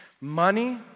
Money